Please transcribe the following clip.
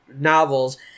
novels